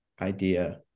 idea